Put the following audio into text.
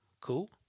cool